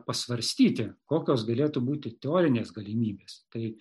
pasvarstyti kokios galėtų būti teorinės galimybės tai